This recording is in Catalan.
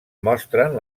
mostren